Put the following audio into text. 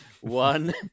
One